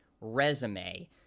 resume